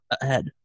ahead